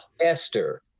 Esther